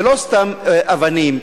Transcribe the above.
זה לא סתם אבנים,